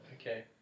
Okay